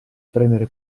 prendere